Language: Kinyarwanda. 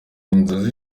inzozi